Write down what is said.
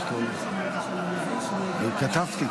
תודה רבה.